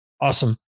awesome